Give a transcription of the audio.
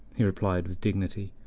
he replied with dignity.